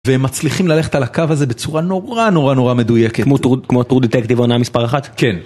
והם מצליחים ללכת על הקו הזה בצורה נורא נורא נורא מדויקת. כמו טור דטקטיב עונה מספר אחת? כן.